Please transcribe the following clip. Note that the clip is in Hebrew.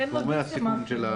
אין לוביסטים.